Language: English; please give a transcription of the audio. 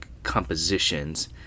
compositions